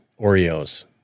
Oreos